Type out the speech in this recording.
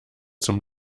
zum